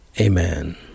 Amen